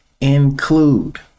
include